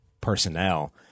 personnel